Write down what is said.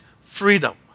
freedom